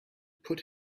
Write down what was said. put